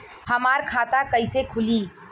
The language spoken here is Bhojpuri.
हमार खाता कईसे खुली?